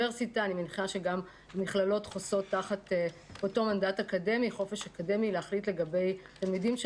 מניחה שגם המכללות חוסות תחת אותו חופש אקדמי בכל הנוגע לקבלת מועמדים.